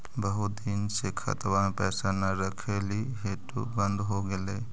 बहुत दिन से खतबा में पैसा न रखली हेतू बन्द हो गेलैय?